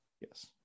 yes